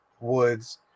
Woods